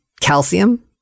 calcium